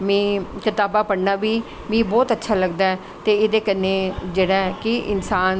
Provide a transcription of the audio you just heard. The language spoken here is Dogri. में कताबां पढ़नां बी मिगी बौह्त अच्छा लगदा ऐ ते एह्दे कन्नैं कि जेह्ड़ा इंसान